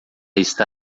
está